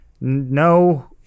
no